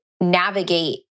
navigate